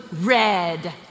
red